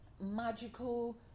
magical